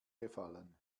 gefallen